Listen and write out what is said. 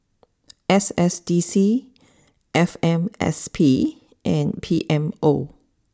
S S D C F M S P and P M O